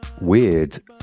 weird